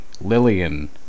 Lillian